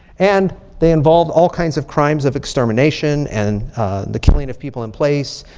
and they involve all kinds of crimes of extermination and the killing of people in place.